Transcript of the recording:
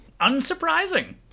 unsurprising